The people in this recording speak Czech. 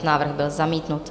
Návrh byl zamítnut.